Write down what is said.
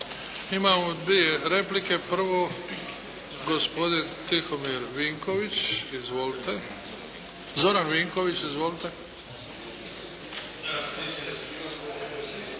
Imamo dvije replike. Prvo gospodin Tihomir Vinković. Izvolite. Zoran Vinković. Izvolite. **Vinković, Zoran